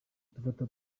dufata